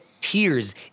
tears